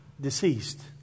deceased